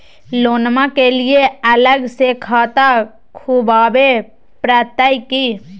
लोनमा के लिए अलग से खाता खुवाबे प्रतय की?